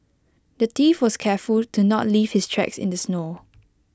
the thief was careful to not leave his tracks in the snow